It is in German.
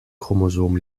chromosom